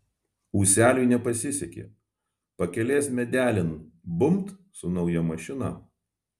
ūseliui nepasisekė pakelės medelin bumbt su nauja mašina